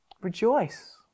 rejoice